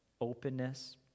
openness